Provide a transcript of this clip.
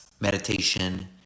meditation